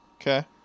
Okay